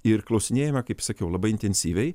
ir klausinėjame kaip sakiau labai intensyviai